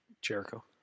Jericho